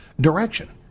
direction